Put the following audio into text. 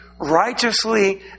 Righteously